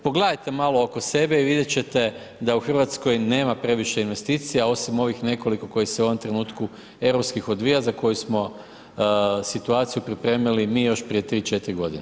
Pogledajte malo oko sebe i vidjeti ćete da u Hrvatskoj nema previše investicija, osim ovih nekoliko koji se u ovom trenutku, europskih odvija, za koje smo situaciju pripremili, mi još prije 3-4 godine.